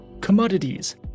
commodities